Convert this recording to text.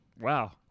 Wow